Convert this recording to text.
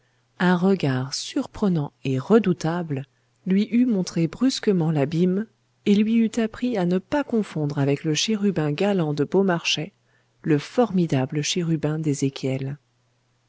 un regard surprenant et redoutable lui eût montré brusquement l'abîme et lui eût appris à ne pas confondre avec le chérubin galant de baumarchais le formidable chérubin